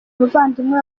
umuvandimwe